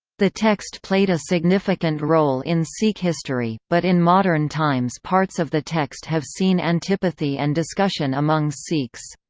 the text played a significant role in sikh history, but in modern times parts of the text have seen antipathy and discussion among sikhs.